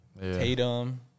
Tatum